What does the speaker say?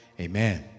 amen